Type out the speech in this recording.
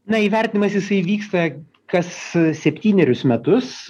na įvertinimas jisai vyksta kas septynerius metus